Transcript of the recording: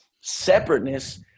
separateness